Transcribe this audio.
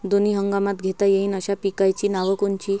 दोनी हंगामात घेता येईन अशा पिकाइची नावं कोनची?